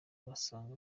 basanga